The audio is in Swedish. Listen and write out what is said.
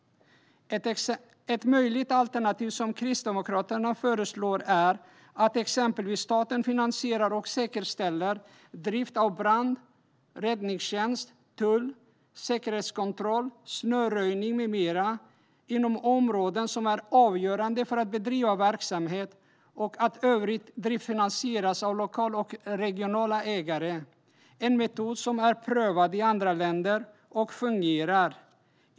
Ett möjligt alternativ som Kristdemokraterna föreslår är att exempelvis staten finansierar och säkerställer drift av brand och räddningstjänst, tull, säkerhetskontroll, snöröjning, med mera, inom områden som är avgörande för att bedriva verksamhet och att övrig drift finansieras av lokala och regionala ägare. Det är en metod som är prövad i andra länder och fungerar.